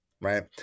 right